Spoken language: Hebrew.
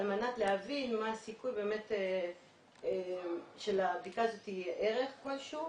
על מנת להבין מה הסיכוי שלבדיקה הזו יהיה ערך כלשהו.